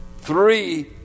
Three